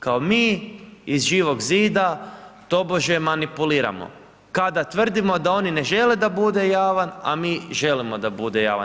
Kao mi iz Živog zida tobože manipuliramo kada tvrdimo da oni ne žele da bude javan, a mi želimo da bude javan.